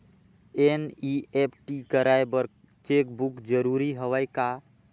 NEFT कराय बर cheque book जरूरी हवय का?